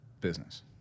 business